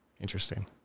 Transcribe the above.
Interesting